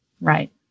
right